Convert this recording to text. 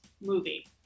movie